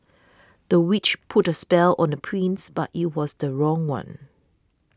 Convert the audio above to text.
the witch put a spell on the prince but it was the wrong one